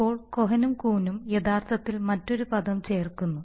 ഇപ്പോൾ കോഹനും കൂനും യഥാർത്ഥത്തിൽ മറ്റൊരു പദം ചേർക്കുന്നു